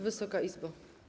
Wysoka Izbo!